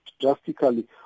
drastically